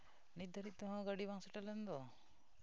ᱱᱤᱛ ᱫᱷᱟᱹᱨᱤᱡ ᱛᱮᱦᱚᱸ ᱜᱟᱹᱰᱤ ᱵᱟᱝ ᱥᱮᱴᱮᱨ ᱞᱮᱱᱫᱚ